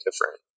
different